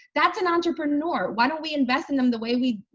that's an entrepreneur why don't we invest in them the way we?